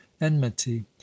enmity